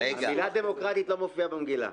המילה "דמוקרטית" לא מופיעה במגילה.